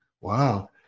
Wow